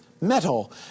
metal